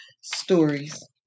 stories